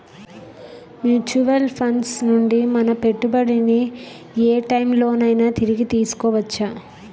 Mutual funds నుండి మన పెట్టుబడిని ఏ టైం లోనైనా తిరిగి తీసుకోవచ్చా?